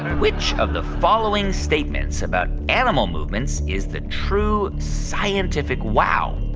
which of the following statements about animal movements is the true scientific wow?